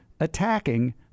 attacking